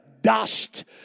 dust